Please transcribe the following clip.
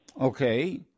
Okay